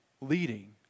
leading